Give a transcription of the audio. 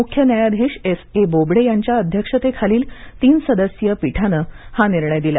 मुख्य न्यायाधीश S A Bobde यांच्या अध्यक्षते खालील तीन सदस्यीय पीठानं हा निर्णय दिला